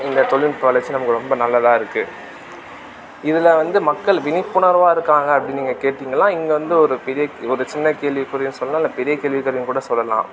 இந்த தொழில்நுட்ப வளர்ச்சி நமக்கு ரொம்ப நல்லதாக இருக்குது இதில் வந்து மக்கள் விழிப்புணர்வா இருக்காங்க அப்படி நீங்கள் கேட்டீங்களா இங்கே வந்து ஒரு பெரிய ஒரு சின்ன கேள்விக்குறினு சொல்லலாம் இல்லை பெரிய கேள்விக்குறின்னு கூட சொல்லலாம்